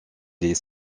les